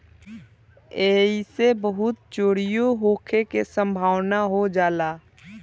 ऐइसे बहुते चोरीओ होखे के सम्भावना हो जाला